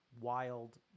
wild